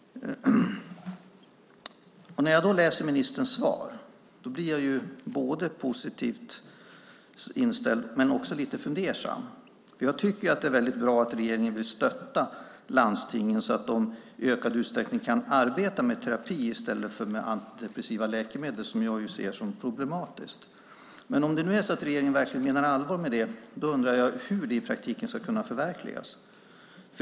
När jag läser ministerns svar blir jag positivt inställd men också lite fundersam, för jag tycker att det är väldigt bra att regeringen vill stötta landstingen så att de i ökad utsträckning kan arbeta med terapi i stället för med antidepressiva läkemedel, som jag ser som problematiskt. Men om det nu är så att regeringen verkligen menar allvar med det, undrar jag hur det i praktiken ska kunna förverkligas.